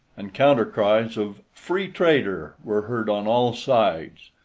and counter cries of freetrader! were heard on all sides.